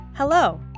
Hello